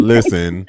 Listen